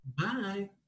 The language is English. bye